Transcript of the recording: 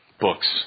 books